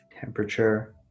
temperature